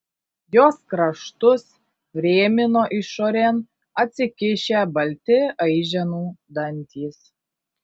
jos kraštus rėmino išorėn atsikišę balti aiženų dantys